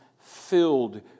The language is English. filled